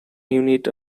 unit